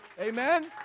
Amen